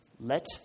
let